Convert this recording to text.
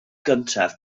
gyntaf